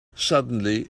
suddenly